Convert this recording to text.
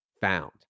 found